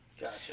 Gotcha